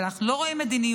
אבל אנחנו לא רואים מדיניות,